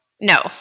No